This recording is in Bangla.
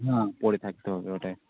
না পরে থাকতে হবে ওটাই